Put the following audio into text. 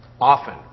Often